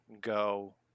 Go